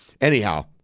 anyhow